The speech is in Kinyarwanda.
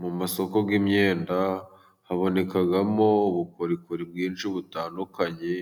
Mu masoko y'imyenda habonekamo ubukorikori bwinshi butandukanye,